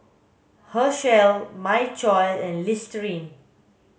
Herschel My Choice and Listerine